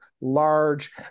large